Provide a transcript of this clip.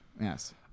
Yes